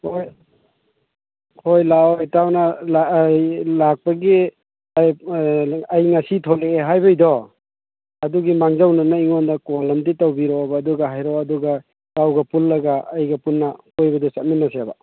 ꯍꯣꯏ ꯍꯣꯏ ꯂꯥꯛꯑꯣ ꯏꯇꯥꯎꯅ ꯂꯥꯛꯄꯒꯤ ꯑꯩ ꯉꯁꯤ ꯊꯣꯂꯛꯑꯦ ꯍꯥꯏꯕꯩꯗꯣ ꯑꯗꯨꯒꯤ ꯃꯥꯡꯖꯧꯅꯅ ꯑꯩꯉꯣꯟꯗ ꯀꯣꯜ ꯑꯃꯗꯤ ꯇꯧꯕꯤꯔꯛꯑꯣꯕ ꯑꯗꯨꯒ ꯍꯥꯏꯔꯛꯑꯣ ꯑꯗꯨꯒ ꯏꯇꯥꯎꯒ ꯄꯨꯜꯂꯒ ꯑꯩꯒ ꯄꯨꯟꯅ ꯀꯣꯏꯕꯗꯣ ꯆꯠꯃꯤꯟꯅꯁꯦꯕ